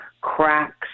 cracks